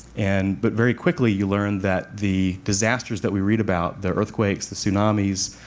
and but very quickly you learn that the disasters that we read about the earthquakes, the tsunamis,